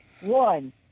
One